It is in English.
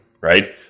right